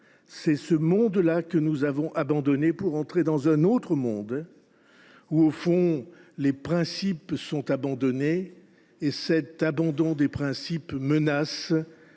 C’est ce monde là que nous avons abandonné pour entrer dans un autre monde où, au fond, les principes sont abandonnés. Et cet abandon des principes menace